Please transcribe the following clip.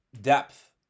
depth